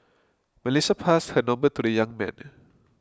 Melissa passed her number to the young man